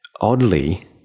Oddly